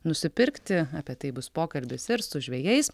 nusipirkti apie tai bus pokalbis ir su žvejais